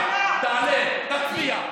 פטין מולא, תתבייש.